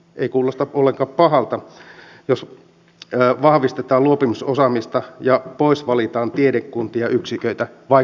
ei kuulosta ollenkaan pahalta jos vahvistetaan luopumisosaamista ja poisvalitaan tiedekuntia ja yksiköitä vai kuulostiko pahalta